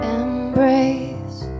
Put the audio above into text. embrace